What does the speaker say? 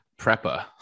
prepper